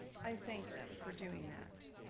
i thank them for doing that,